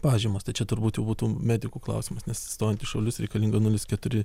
pažymos tai čia turbūt jau būtų medikų klausimas nes stojant į šaulius reikalinga nulis keturi